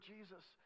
Jesus